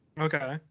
okay